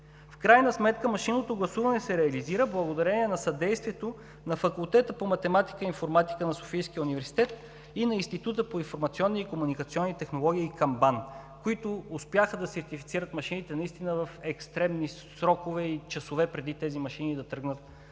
В крайна сметка машинното гласуване се реализира благодарение на съдействието на Факултета по математика и информатика на Софийския университет и на Института по информационни и комуникационни технологии към БАН, които успяха да сертифицират машините наистина в екстремни срокове и часове преди тези машини да тръгнат по